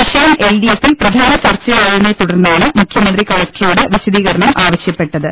വിഷയം L D എഫിൽ പ്രധാന ചർച്ചയായതിനെ തുടർന്നാണ് മുഖ്യമന്ത്രി കലക്ടറോട് വിശദീകരണം ആവശ്യപ്പെട്ടത്